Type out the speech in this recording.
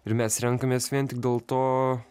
ir mes renkamės vien tik dėl to